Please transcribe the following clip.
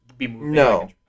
No